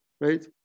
right